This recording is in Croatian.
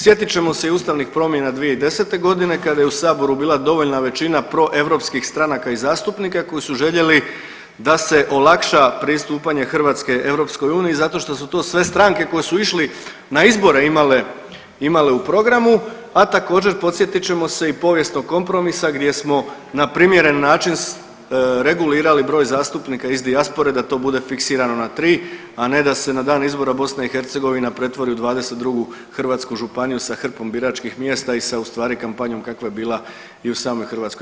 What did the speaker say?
Sjetit ćemo se i ustavnih promjena 2010. g. kada je u Saboru bila dovoljno većina proeuropskih stranaka i zastupnika koji su željeli da se olakša pristupanje Hrvatske EU zato što su to sve stranke koje su išli na izbore, imale u programu, a također, podsjetit ćemo se i povijesnog kompromisa gdje smo naprimjeren način regulirali broj zastupnika iz dijaspore da to bude fiksirano na 3, a ne da se na dan izbora BiH pretvori u 22. hrvatsku županiju sa hrpom biračkih mjesta i sa ustvari kampanjom kakva je bila i u samoj Hrvatskoj.